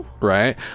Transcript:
Right